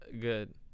good